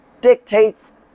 dictates